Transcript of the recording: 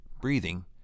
breathing